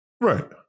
Right